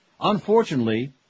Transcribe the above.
Unfortunately